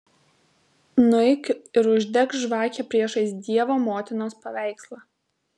nueik ir uždek žvakę priešais dievo motinos paveikslą